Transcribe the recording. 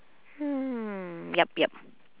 hmm yup yup